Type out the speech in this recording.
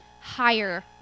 higher